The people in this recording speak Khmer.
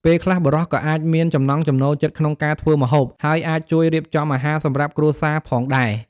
ពេលខ្លះបុរសក៏អាចមានចំណង់ចំណូលចិត្តក្នុងការធ្វើម្ហូប ហើយអាចជួយរៀបចំអាហារសម្រាប់គ្រួសារផងដែរ។